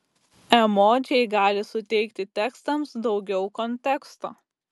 emodžiai gali suteikti tekstams daugiau konteksto